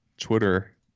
Twitter